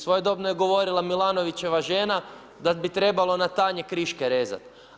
Svojedobno je govorila milanovićeva žena da bi trebalo na tanje kriške rezati.